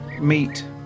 meet